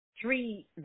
three